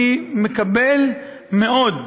אני מקבל מאוד,